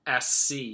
SC